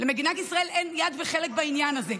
למדינת ישראל אין יד וחלק בעניין הזה.